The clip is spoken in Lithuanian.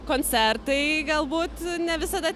koncertai galbūt ne visada